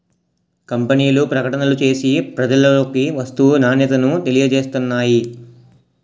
కంపెనీలు ప్రకటనలు చేసి ప్రజలలోకి వస్తువు నాణ్యతను తెలియజేస్తున్నాయి